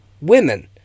women